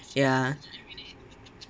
ya